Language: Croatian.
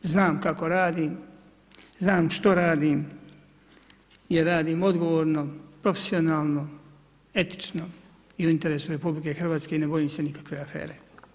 Znam kako radim, znam što radim i radim odgovorno, profesionalno etično i u interesu RH i ne bojim se nikakve afere.